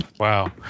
Wow